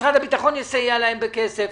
משרד הביטחון יסייע להם בכסף.